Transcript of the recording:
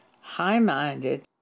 high-minded